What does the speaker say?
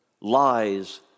Lies